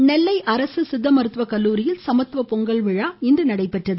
இருவரி நெல்லை அரசு சித்த மருத்துவக்கல்லூரியில் சமத்துவ பொங்கல் விழா இன்று நடைபெற்றது